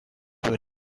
were